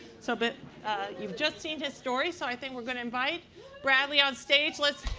so but you've just seen his story. so i think we're going to invite bradley on stage. let's